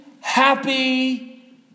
happy